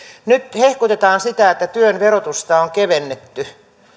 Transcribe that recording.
nyt hehkutetaan sitä että työn verotusta on kevennetty